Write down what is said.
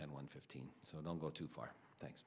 ten one fifteen so don't go too far thanks